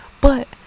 but-